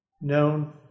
known